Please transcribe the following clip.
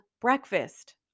breakfast